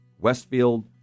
Westfield